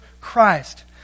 Christ